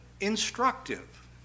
instructive